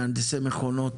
מהנדסי מכונות,